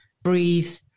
breathe